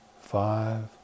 five